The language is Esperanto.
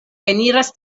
eniras